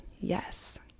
yes